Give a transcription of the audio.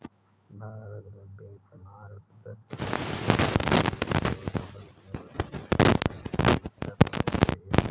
भारत की बेंचमार्क दस वर्षीय बॉन्ड यील्ड लगभग तीन वर्षों में अपने उच्चतम स्तर पर पहुंच गई